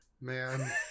Man